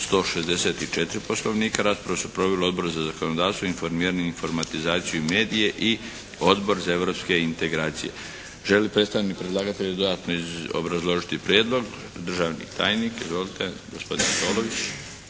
164. Poslovnika. Raspravu su proveli Odbor za zakonodavstvo, informiranje i informatizaciju i medije i Odbor za europske integracije. Želi li predstavnik predlagatelja dodatno obrazložiti prijedlog? Državni tajnik. Izvolite! Gospodin Antolović.